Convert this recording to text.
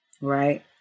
right